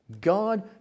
God